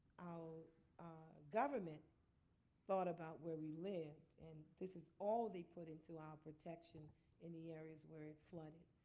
our government thought about where we live. and this is all they put into our protection in the areas where it flooded.